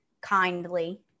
kindly